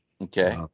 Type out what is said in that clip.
Okay